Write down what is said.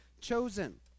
chosen